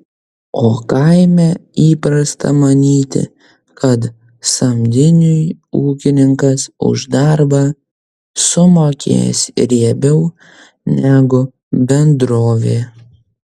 o kaime įprasta manyti kad samdiniui ūkininkas už darbą sumokės riebiau negu bendrovė